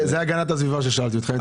זה קשור להגנת הסביבה, שאלה ששאלתי אותך.